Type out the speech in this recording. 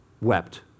Wept